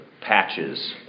patches